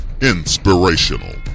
inspirational